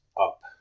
up